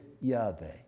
Yahweh